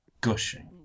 Gushing